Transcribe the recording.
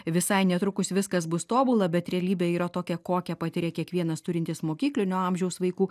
visai netrukus viskas bus tobula bet realybė yra tokia kokią patiria kiekvienas turintis mokyklinio amžiaus vaikų